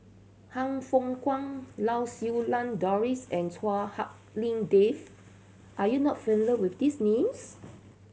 Han Fook Kwang Lau Siew Lang Doris and Chua Hak Lien Dave are you not familiar with these names